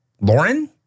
Lauren